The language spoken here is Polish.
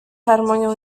harmonią